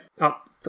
up